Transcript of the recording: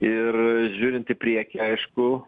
ir žiūrint į priekį aišku